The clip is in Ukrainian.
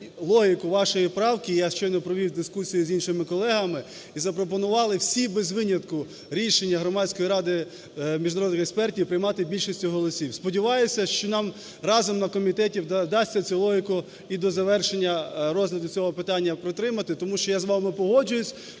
логіку вашої правки. Я щойно провів дискусії з іншими колегами, і запропонували всі, без винятку, рішення Громадської ради міжнародних експертів приймати більшістю голосів. Сподіваюся, що нам разом на комітеті вдасться цю логіку і до завершення розгляду цього питання протримати. Тому що я з вами погоджуюся,